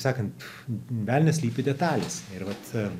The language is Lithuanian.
sakant velnias slypi detalėse ir vat